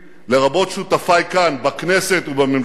לרבות שותפי כאן בכנסת ובממשלה,